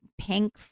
pink